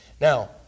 Now